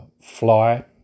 Fly